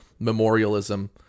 memorialism